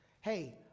hey